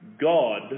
God